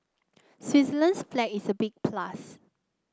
Switzerland's flag is a big plus